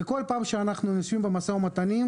כל פעם שאנחנו נמצאים במשא ומתן,